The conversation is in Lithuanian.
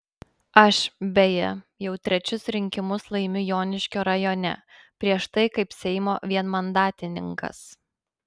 aš beje jau trečius rinkimus laimiu joniškio rajone prieš tai kaip seimo vienmandatininkas